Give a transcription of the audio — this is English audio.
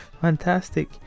fantastic